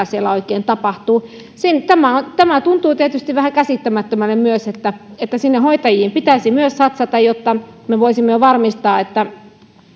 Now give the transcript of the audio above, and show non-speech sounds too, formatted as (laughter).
(unintelligible) siellä oikein tapahtuu tämä tuntuu tietysti vähän käsittämättömälle eli myös sinne hoitajiin pitäisi satsata jotta me voisimme varmistaa että